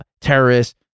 terrorists